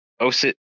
OSIT